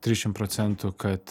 trišim procentų kad